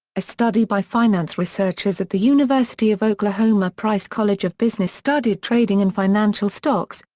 a study by finance researchers at the university of oklahoma price college of business studied trading in financial stocks,